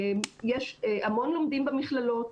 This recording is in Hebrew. המון לומדים במכללות,